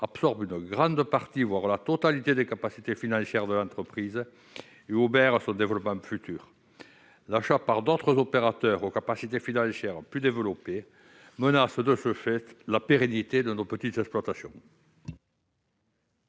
absorbe une grande partie, voire la totalité des capacités financières de l'entreprise, et obère son développement. L'achat par d'autres opérateurs, aux capacités financières plus développées, menace la pérennité des petites exploitations.